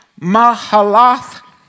Mahalath